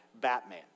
Batman